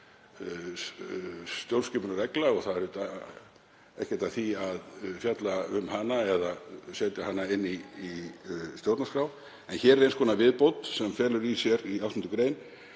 stjórnskipunarregla og ekkert að því að fjalla um hana eða setja hana inn í stjórnarskrá. En í 8. gr. er eins konar viðbót sem felur í sér að forseta